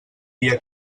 dia